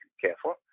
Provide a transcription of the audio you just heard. careful